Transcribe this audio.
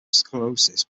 sclerosis